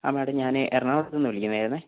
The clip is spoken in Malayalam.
ആ മേഡം ഞാനേ എറണാകുളത്തുനിന്ന് വിളിക്കുന്നതായിരുന്നേ